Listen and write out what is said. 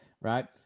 right